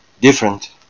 different